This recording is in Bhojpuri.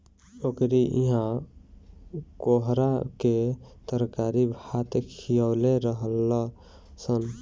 ओकरी इहा कोहड़ा के तरकारी भात खिअवले रहलअ सअ